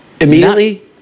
Immediately